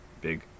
Big